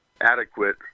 adequate